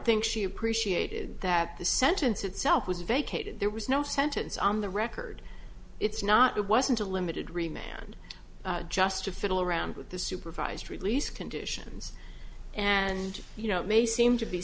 think she appreciated that the sentence itself was vacated there was no sentence on the record it's not it wasn't a limited remained just to fiddle around with the supervised release conditions and you know it may seem to be